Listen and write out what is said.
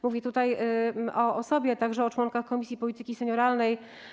Mówię tutaj o sobie, a także o członkach Komisji Polityki Senioralnej.